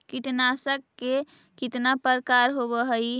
कीटनाशक के कितना प्रकार होव हइ?